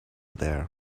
there